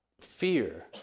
fear